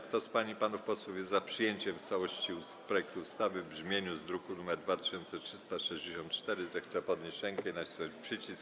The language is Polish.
Kto z pań i panów posłów jest za przyjęciem w całości projektu ustawy w brzmieniu z druku nr 2364, zechce podnieść rękę i nacisnąć przycisk.